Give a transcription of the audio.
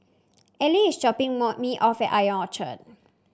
Ellery is dropping more me off at Ion Orchard